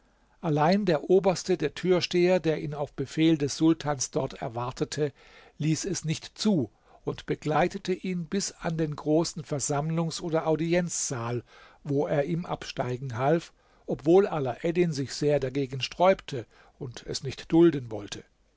allein der oberste der türsteher der ihn auf befehl des sultans dort erwartete ließ es nicht zu und begleitete ihn bis an den großen versammlungs oder audienzsaal wo er ihm absteigen half obwohl alaeddin sich sehr dagegen sträubte und es nicht dulden wollte